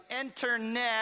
internet